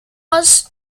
was